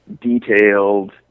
detailed